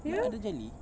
kau orang ada jelly